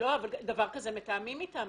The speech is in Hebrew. דבר כזה מתאמים איתם.